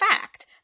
fact